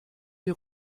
die